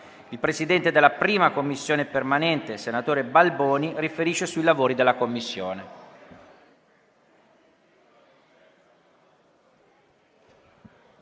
il presidente della 1a Commissione permanente, senatore Balboni, per riferire sui lavori della Commissione.